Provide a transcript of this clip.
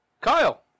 Kyle